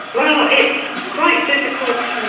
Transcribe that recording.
well, it's quite difficult to